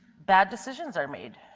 bad decisions are made.